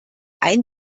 ein